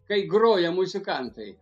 kai groja muzikantai